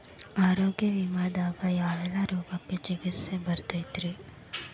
ಆರೋಗ್ಯ ವಿಮೆದಾಗ ಯಾವೆಲ್ಲ ರೋಗಕ್ಕ ಚಿಕಿತ್ಸಿ ಬರ್ತೈತ್ರಿ?